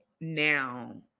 now